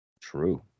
True